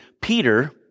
Peter